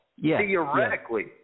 Theoretically